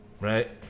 right